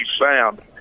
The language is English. sound